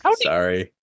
Sorry